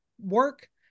work